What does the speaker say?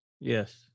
Yes